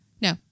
no